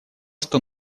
что